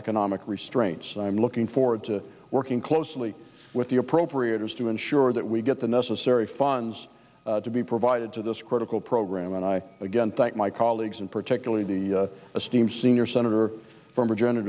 economic restraints and i'm looking forward to working closely with the appropriators to ensure that we get the necessary funds to be provided to this critical program and i again thank my colleagues and particularly the esteem senior senator from virginia